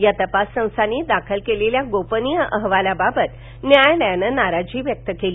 या तपास संस्थांनी दाखल केलेल्या गोपनीय अहवालाबाबत न्यायालयानं नाराजी व्यक्त केली